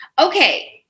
Okay